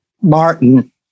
Martin